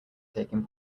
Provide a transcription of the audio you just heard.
taking